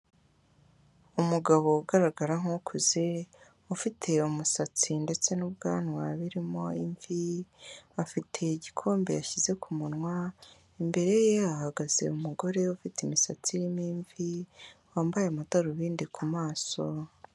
Umugabo ugaragara nk'ukuze, ufite umusatsi ndetse n'ubwanwa birimo imvi, afite igikombe yashyize ku munwa, imbere ye hahagaze umugore ufite imisatsi irimo imvi, wambaye amadarubindi ku maso.